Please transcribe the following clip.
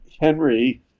Henry